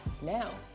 Now